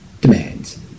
demands